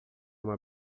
uma